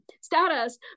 status